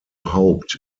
haupt